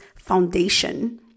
foundation